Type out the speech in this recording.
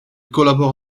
collabore